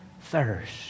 thirst